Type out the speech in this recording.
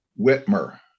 whitmer